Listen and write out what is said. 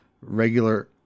regular